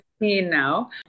now